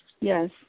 Yes